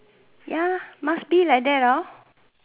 ya must be like that hor